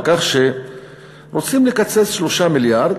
על כך שרוצים לקצץ 3 מיליארד